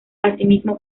asimismo